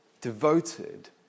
devoted